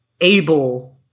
able